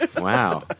Wow